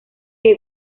que